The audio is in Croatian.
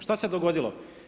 Šta se dogodilo?